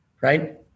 right